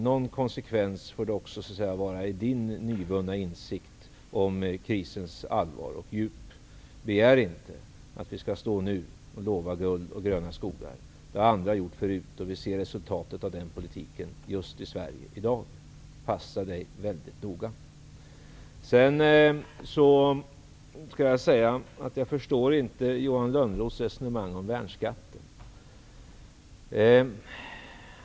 Någon konsekvens får det så att säga vara också i fråga om Johan Lönnroths nyvunna insikt om krisens allvar och djup. Begär inte att vi nu skall lova guld och gröna skogar. Det har andra gjort förut, och vi ser resultatet av den politiken just i Sverige i dag. Johan Lönnroth skall passa sig väldigt noga. Jag förstår inte Johan Lönnroths resonemang om värnskatten.